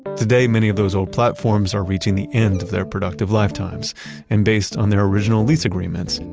today, many of those old platforms are reaching the end of their productive lifetimes and based on their original lease agreements,